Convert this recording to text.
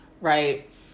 right